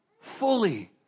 Fully